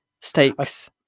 stakes